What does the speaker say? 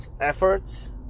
efforts